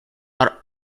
are